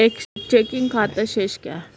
एक चेकिंग खाता शेष क्या है?